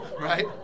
Right